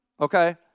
okay